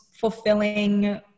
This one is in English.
fulfilling